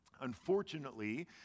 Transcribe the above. Unfortunately